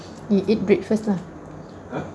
he eat breakfast lah